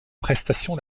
prestation